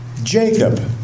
Jacob